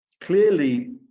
clearly